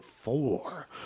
four